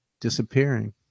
disappearing